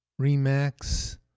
Remax